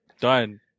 Done